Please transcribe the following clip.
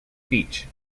beach